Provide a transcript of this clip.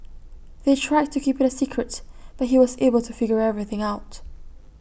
they tried to keep IT A secret but he was able to figure everything out